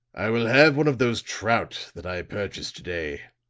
i will have one of those trout that i purchased to-day,